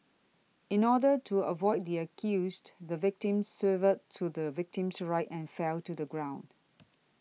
in order to avoid the accused the victim swerved to the victim's right and fell to the ground